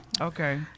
Okay